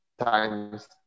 Times